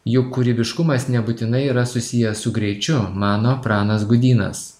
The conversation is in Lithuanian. jų kūrybiškumas nebūtinai yra susijęs su greičiu mano pranas gudynas